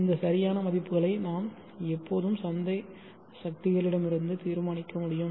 இந்த சரியான மதிப்புகளை நாம் எப்போதும் சந்தை சக்திகளிடமிருந்து தீர்மானிக்க முடியும்